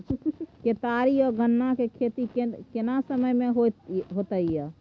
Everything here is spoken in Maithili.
केतारी आ गन्ना के खेती केना समय में होयत या?